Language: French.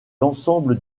l’ensemble